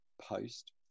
post